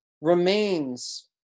remains